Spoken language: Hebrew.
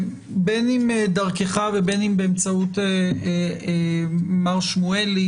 בין אם דרכך ובין אם באמצעות מר שמואלי